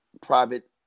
private